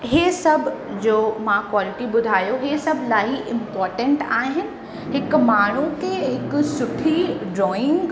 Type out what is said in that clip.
इहे सभु जो मां क्वॉलिटी ॿुधायो इहे सभु इलाही इंपोरटंट आहिनि हिक माण्हूअ खे हिकु सुठी ड्रॉइंग